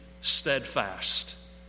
steadfast